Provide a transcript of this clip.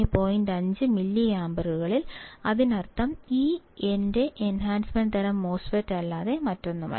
5 മില്ലിയാംപെയറിൽ അതിനർത്ഥം ഇത് എന്റെ എൻഹാൻസ്മെൻറ് തരം MOSFET അല്ലാതെ മറ്റൊന്നുമല്ല